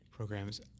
programs